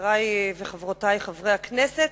חברי וחברותי חברי הכנסת,